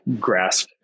grasp